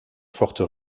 forte